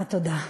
אה, תודה.